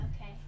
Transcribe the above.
Okay